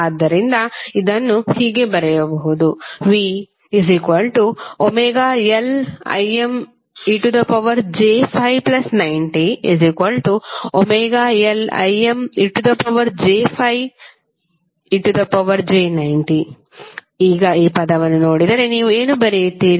ಆದ್ದರಿಂದ ಇದನ್ನು ಹೀಗೆ ಬರೆಯಬಹುದು VωLImej∅90ωLImej∅ej90 ಈಗ ಈ ಪದವನ್ನು ನೋಡಿದರೆ ಏನು ಬರೆಯುತ್ತೀರಿ